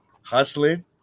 hustling